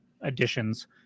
additions